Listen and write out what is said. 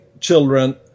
children